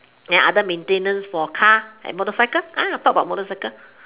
ya other maintenance for car and motorcycle talk about about motorcycle